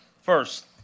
First